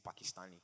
Pakistani